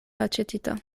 aĉetita